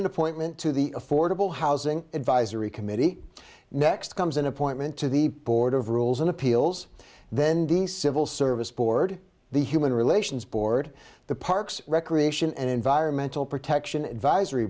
an appointment to the affordable housing advisory committee next comes an appointment to the board of rules and appeals then the civil service board the human relations board the parks recreation and environmental protection advisory